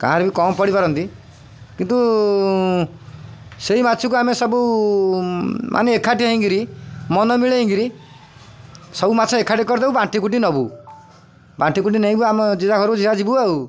କାହାର ବି କମ୍ ପଡ଼ିପାରନ୍ତି କିନ୍ତୁ ସେଇ ମାଛକୁ ଆମେ ସବୁ ମାନେ ଏକାଠି ହେଇକିରି ମନ ମିଳେଇକିରି ସବୁ ମାଛ ଏକାଠି କରିଦବୁ ବାଣ୍ଟି କୁଟି ନବୁ ବାଣ୍ଟି କୁଟି ନେଇବୁ ଆମେ ଯିଏଯାହା ଘରୁକୁ ଯିବୁ ଆଉ